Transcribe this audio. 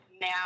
now